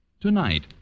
Tonight